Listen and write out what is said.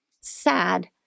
Sad